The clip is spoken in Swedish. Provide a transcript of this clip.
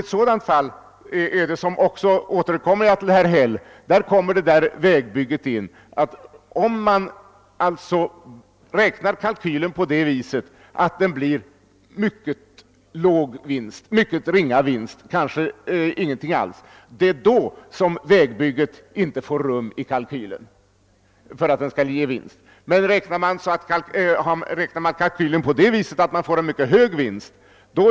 Det är knappast roligt att gå Kungsleden längre, så mycket utlänningar — naturligtvis inget ont om dem — och så mycket folk över huvud taget som det har kommit dit. Fjällvärlden är inte längre en lekstuga för Svenska fjällklubben, utan fjällvärlden har blivit någonting av Europas allemansland, och det är någonting som vi bör ta hänsyn till.